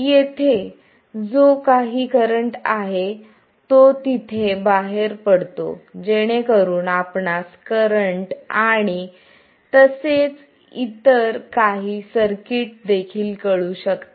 येथे जो काही करंट आहे आणि तो तेथे बाहेर पडतो जेणेकरून आपणास करंट तसेच इतर काही सर्किट देखील कळू शकतात